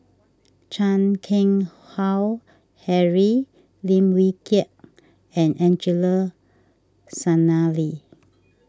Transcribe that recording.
Chan Keng Howe Harry Lim Wee Kiak and Angelo Sanelli